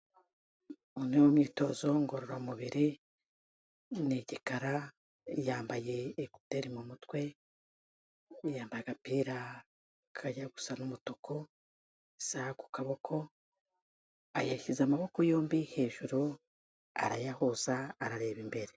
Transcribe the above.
Umwe mu myitozo ngororamubiri n'igikara yambaye ekuteri mu mutwe yambaye agapira kajya gusa n'umutuku isaha ku kaboko yashyize amaboko yombi hejuru arayahuza arareba imbere.